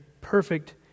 perfect